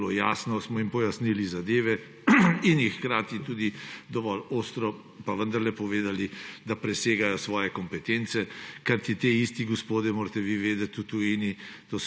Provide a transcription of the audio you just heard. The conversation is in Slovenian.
zelo jasno smo jim pojasnili zadeve in jim hkrati tudi dovolj ostro pa vendarle povedali, da presegajo svoje kompetence. Ti isti gospodje, morate vi vedeti, da v tujini